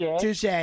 touche